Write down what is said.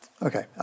Okay